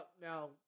Now